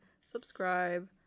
subscribe